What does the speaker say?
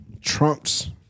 Trump's